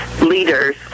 leaders